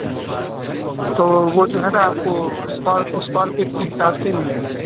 اچھا تو وہ جو ہے نا آپ کو اسکوائر اسکوائر فٹ کے حساب سے مِلے گا